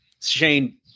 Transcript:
Shane